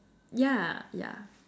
yeah yeah